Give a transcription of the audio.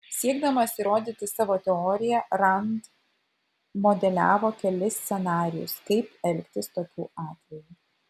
siekdamas įrodyti savo teoriją rand modeliavo kelis scenarijus kaip elgtis tokiu atveju